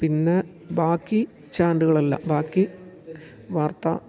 പിന്നെ ബാക്കി ചാനലുകളല്ല ബാക്കി വാർത്ത